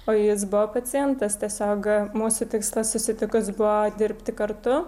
o jis buvo pacientas tiesiog mūsų tikslas susitikus buvo dirbti kartu